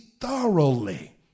thoroughly